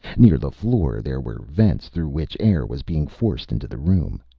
near the floor there were vents through which air was being forced into the room.